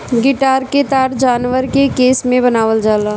guitar क तार जानवर के केस से बनावल जाला